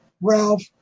Ralph